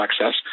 access